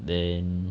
then